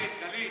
אבל גלית,